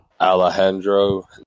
Alejandro